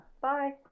Bye